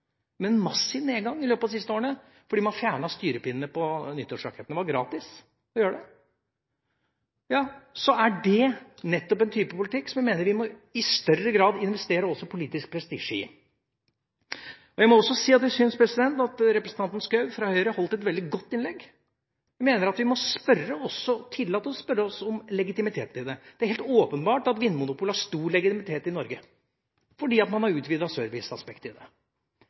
fordi man fjernet styrepinnene på nyttårsrakettene. Det var gratis å gjøre det. Det er en type politikk som jeg mener vi i større grad må investere politisk prestisje i. Jeg må også si at jeg syns representanten Schou fra Høyre holdt et veldig godt innlegg. Jeg mener at vi må tillate oss å spørre om legitimiteten i det. Det er helt åpenbart at Vinmonopolet har stor legitimitet i Norge, fordi man har utvidet serviceaspektet. Men interpellanten – og det